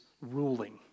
ruling